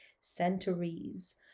centuries